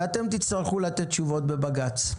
ואתם תצטרכו לתת תשובות בבג"ץ.